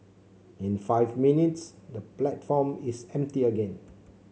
in five minutes the platform is empty again